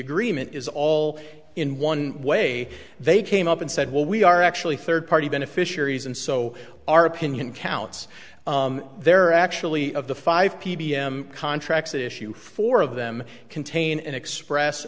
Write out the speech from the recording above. agreement is all in one way they came up and said well we are actually third party beneficiaries and so our opinion counts they're actually of the five p b m contracts issue four of them contain an express